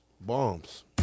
bombs